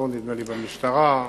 הראשון במשטרה,